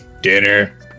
dinner